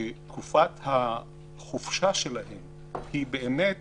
תקופת החופשה שלהם היא באמת